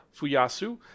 Fuyasu